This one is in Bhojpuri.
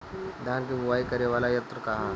धान के बुवाई करे वाला यत्र का ह?